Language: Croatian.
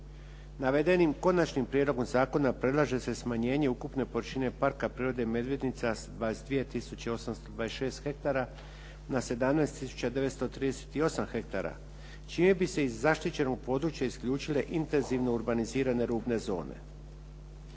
Navedenim konačnim prijedlogom zakona predlaže se smanjenje ukupne površine Parka prirode "Medvednica" sa 22 tisuće 826 hektara na 17 tisuća 938 hektara čime bi se iz zaštićenog područja isključile intenzivno urbanizirane rubne zone.